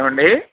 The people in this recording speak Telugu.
ఏమండీ